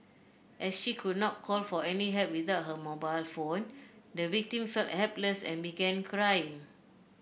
as she could not call for any help without her mobile phone the victim felt helpless and began crying